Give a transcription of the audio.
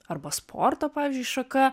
arba sporto pavyzdžiui šaka